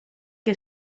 que